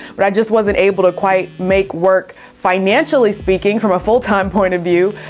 but i just wasn't able to quite make work financially speaking from a full time point of view.